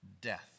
death